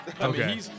okay